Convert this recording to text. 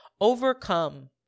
overcome